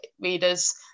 readers